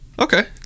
Okay